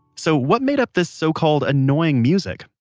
so what made up this so-called annoying music?